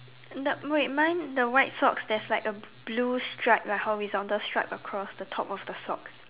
end up wait mine the white sock there's like a blue stripe like horizontal stripe across the top of the sock